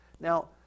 Now